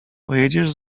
pojedziesz